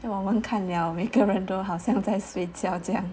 then 我们看了每个人都好像在睡觉这样